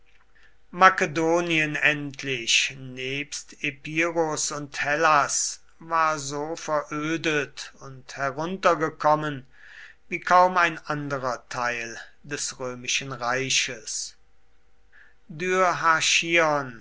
makedonien endlich nebst epirus und hellas war so verödet und heruntergekommen wie kaum ein anderer teil des römischen reiches